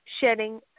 shedding